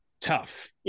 tough